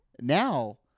Now